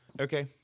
Okay